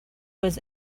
was